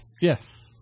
Yes